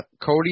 Cody